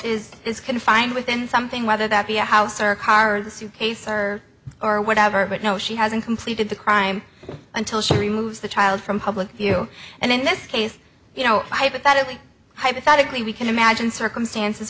is is confined within something whether that be a house or a car the suitcase or or whatever but no she hasn't completed the crime until she removes the child from public view and in this case you know hypothetically hypothetically we can imagine circumstances